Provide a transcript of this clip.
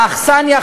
האכסניה,